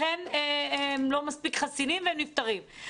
לכן הם לא מספיק חסינים והם נפטרים.